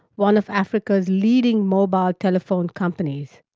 one of africa's leading mobile telephone companies.